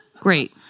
Great